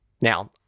Now